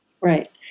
Right